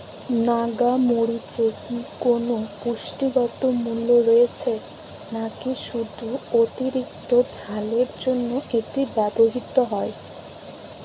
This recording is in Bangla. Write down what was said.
নাগা মরিচে কি কোনো পুষ্টিগত মূল্য রয়েছে নাকি শুধু অতিরিক্ত ঝালের জন্য এটি ব্যবহৃত হয়?